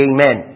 Amen